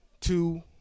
Two